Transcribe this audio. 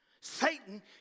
Satan